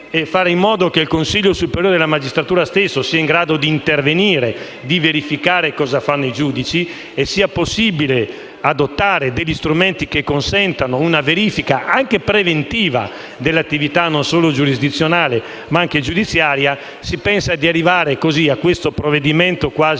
di fare in modo che il Consiglio superiore della magistratura stesso sia in grado di intervenire e di verificare cosa fanno i giudici, invece di adottare gli strumenti che consentano una verifica, anche preventiva, dell'attività non solo giurisdizionale, ma anche giudiziaria, si pensa di risolvere il problema della